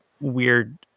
weird